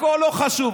הכול לא חשוב.